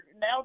now